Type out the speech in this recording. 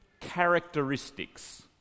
characteristics